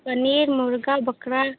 पनीर मुर्गा बकरा